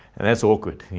and that's awkward.